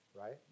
right